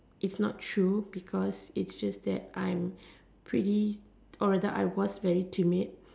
it's not true because its just that I'm pretty oriented I was very timid